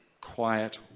quiet